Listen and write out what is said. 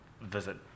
visit